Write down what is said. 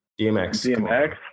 DMX